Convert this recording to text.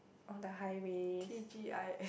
on the highways